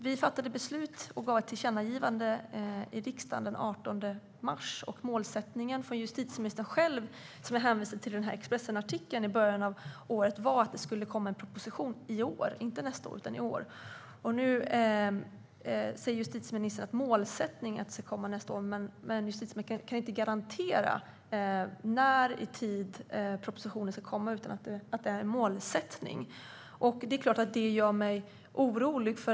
Vi fattade beslut och gjorde ett tillkännagivande i riksdagen den 18 mars, och målsättningen från justitieministern var, enligt den Expressenartikel i början av året som jag hänvisade till, att det skulle komma en proposition i år, inte nästa år. Nu säger justitieministern att målsättningen är att den ska komma nästa år. Justitieministern kan inte garantera när i tid propositionen kommer, utan det är en målsättning. Det gör mig förstås orolig.